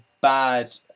bad